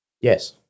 Yes